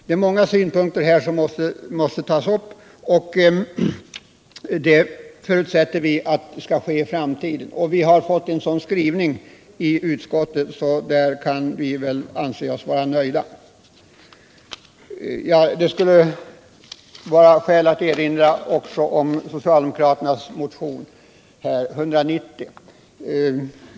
Det är många faktorer som måste tas med, och det förutsätter vi kommer att ske i framtiden. Utskottets skrivning på den här punkten är sådan att vi kan anse oss nöjda. Det skulle finnas skäl att erinra också om socialdemokraternas motion nr 190.